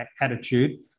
attitude